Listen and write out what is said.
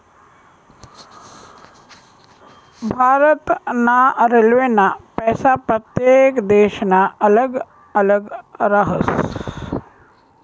भारत ना रेल्वेना पैसा प्रत्येक देशना अल्लग अल्लग राहस